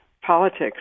politics